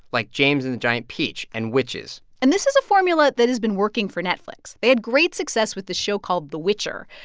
like james and the giant peach and witches. and this is a formula that has been working for netflix. they had great success with a show called the witcher.